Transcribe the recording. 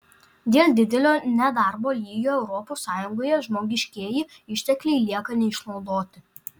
dėl didelio nedarbo lygio europos sąjungoje žmogiškieji ištekliai lieka neišnaudoti